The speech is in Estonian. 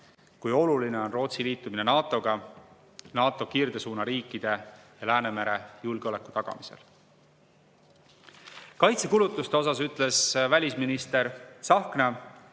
kui oluline on Rootsi liitumine NATO-ga NATO kirdesuuna riikide ja Läänemere julgeoleku tagamiseks. Kaitsekulutuste kohta ütles välisminister Tsahkna